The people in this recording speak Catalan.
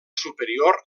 superior